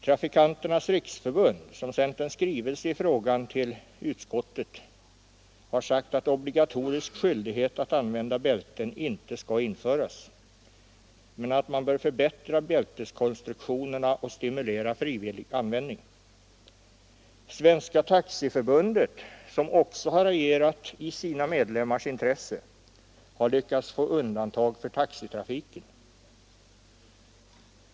Trafikanternas riksförbund, som sänt en skrivelse i frågan till utskottet, har sagt att obligatorisk skyldighet att använda bälten inte skall införas men att man bör förbättra bälteskonstruktionerna och stimulera frivillig användning. Svenska taxiförbundet, som också har agerat i sina medlemmars intresse, har lyckats få undantag för taxitrafiken.